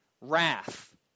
Wrath